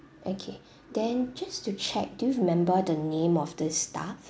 okay then just to check do you remember the name of the staff